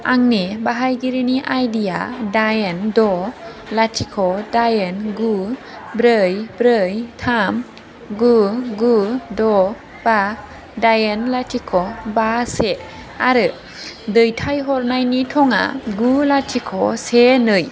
आंनि बाहायगिरिनि आइडि या दाइन द' लाथिख' दाइन गु ब्रै ब्रै थाम गु गु द' बा दाइन लाथिख' बा से आरो दैथाय हरनायनि थाङा गु लाथिख' से नै